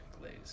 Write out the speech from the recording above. glaze